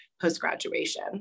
post-graduation